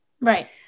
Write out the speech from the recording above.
right